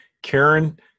Karen